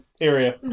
area